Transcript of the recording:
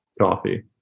Coffee